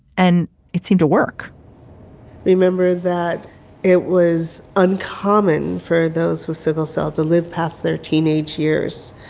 and it seemed to work remember that it was uncommon for those with sickle cell to live past their teenage years